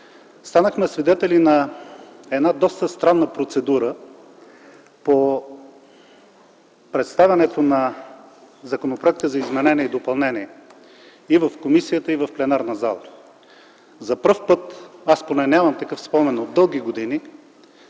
Станахме свидетели на една доста странна процедура по представянето на законопроекта за изменение и допълнение и в комисията, и в пленарната зала. За първи път, аз поне нямам такъв спомен от дълги години,